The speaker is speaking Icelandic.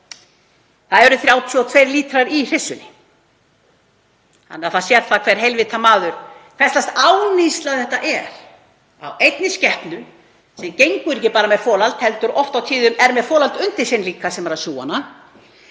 Það eru 32 lítrar í hryssu. Það sér það hver heilvita maður hvers lags áníðsla þetta er á einni skepnu, sem gengur ekki bara með folöld heldur er oft og tíðum með folöld undir sér líka sem eru að sjúga hana,